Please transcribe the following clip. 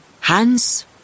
Hans